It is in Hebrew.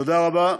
תודה רבה.